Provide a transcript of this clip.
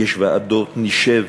יש ועדות, נשב.